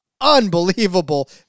Unbelievable